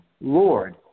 Lord